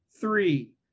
three